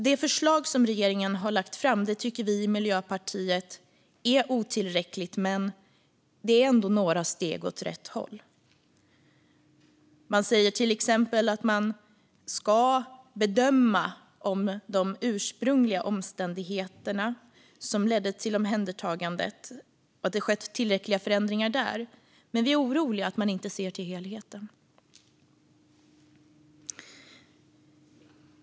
Det förslag som regeringen har lagt fram tycker vi i Miljöpartiet är otillräckligt, men det är ändå några steg åt rätt håll. Man säger till exempel att man ska bedöma om det skett tillräckliga förändringar i de ursprungliga omständigheterna som ledde till omhändertagandet. Men vi är oroliga att man inte ser till helheten.